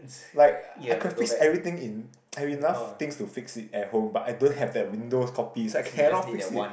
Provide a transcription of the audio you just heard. like I could have fix everything in I have enough things to fix it at home but I don't have that windows copy so I cannot fix it